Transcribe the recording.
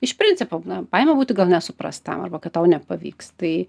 iš principo na baimė būti gal nesuprastam arba kad tau nepavyks tai